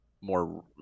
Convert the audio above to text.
more